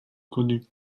connus